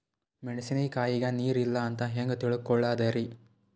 ಮೆಣಸಿನಕಾಯಗ ನೀರ್ ಇಲ್ಲ ಅಂತ ಹೆಂಗ್ ತಿಳಕೋಳದರಿ?